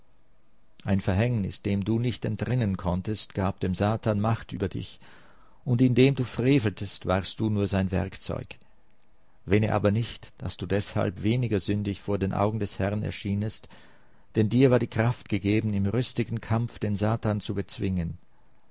ein verhängnis dem du nicht entrinnen konntest gab dem satan macht über dich und indem du freveltest warst du nur sein werkzeug wähne aber nicht daß du deshalb weniger sündig vor den augen des herrn erschienest denn dir war die kraft gegeben im rüstigen kampf den satan zu bezwingen